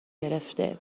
گرفته